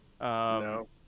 No